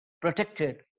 protected